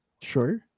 sure